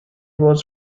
was